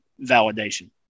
validation